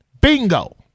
Bingo